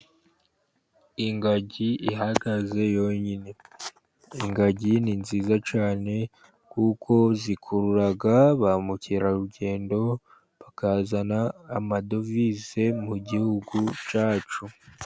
Ingagi ihagaze yonyine. Ingagi ni nziza cyane, kuko zikurura ba mukerarugendo bakazana amadovize mu Gihugu cyacu.